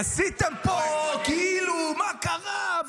עשיתם פה כאילו מה קרה,